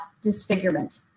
disfigurement